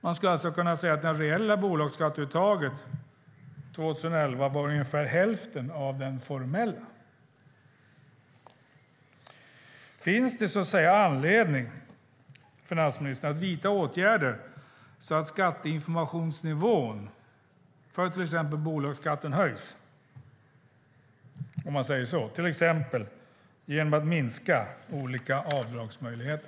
Man skulle alltså kunna säga att det reella bolagsskatteuttaget 2011 var ungefär hälften av den formella skatten. Finns det anledning, finansministern, att vidta åtgärder så att skatteinformationsnivån för exempelvis bolagsskatten höjs, till exempel genom att man minskar olika avdragsmöjligheter?